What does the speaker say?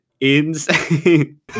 insane